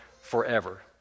forever